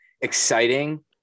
exciting